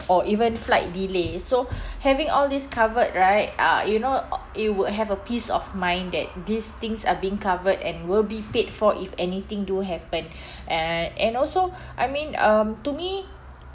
or even flight delay so having all these covered right uh you know it would have a peace of mind that these things are being covered and will be paid for if anything do happen uh and also I mean um to me